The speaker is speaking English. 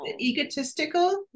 egotistical